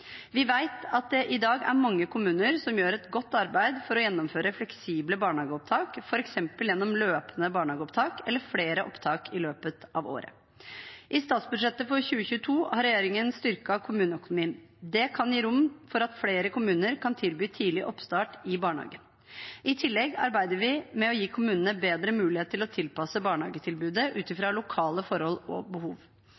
Vi vet at det i dag er mange kommuner som gjør et godt arbeid for å gjennomføre fleksible barnehageopptak, f.eks. gjennom løpende barnehageopptak eller flere opptak i løpet av året. I statsbudsjettet for 2022 har regjeringen styrket kommuneøkonomien. Det kan gi rom for at flere kommuner kan tilby tidlig oppstart i barnehagen. I tillegg arbeider vi med å gi kommunene bedre mulighet til å tilpasse barnehagetilbudet ut